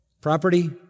property